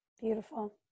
Beautiful